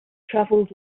travelled